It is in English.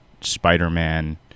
spider-man